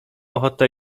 ochotę